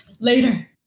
later